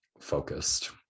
focused